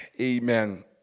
amen